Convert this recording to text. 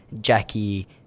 Jackie